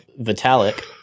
Vitalik